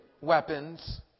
weapons